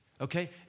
Okay